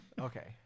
Okay